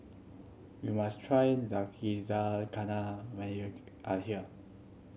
you must try Zakizakana when you are here